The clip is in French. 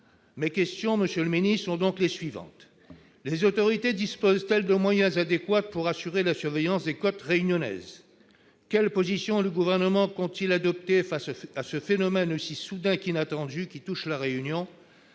population. Monsieur le ministre, les autorités disposent-elles de moyens adéquats pour assurer la surveillance des côtes réunionnaises ? Quelle position le Gouvernement compte-t-il adopter face à ce phénomène aussi soudain qu'inattendu qui touche La Réunion ?